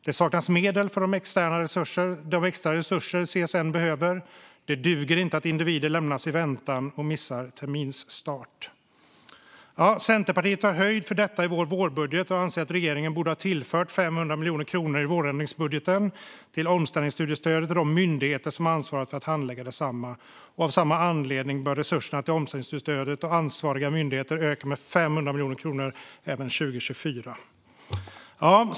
Det saknas medel för de extra resurser CSN behöver. - Det duger inte att individer lämnas i väntan och missar terminsstart." Centerpartiet tar höjd för detta i sin vårbudget och anser att regeringen borde ha tillfört 500 miljoner kronor i vårändringsbudgeten till omställningsstudiestödet och de myndigheter som ansvarar för att handlägga detsamma. Av samma anledning bör resurserna till omställningsstudiestödet och ansvariga myndigheter öka med 500 miljoner kronor även 2024.